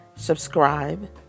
subscribe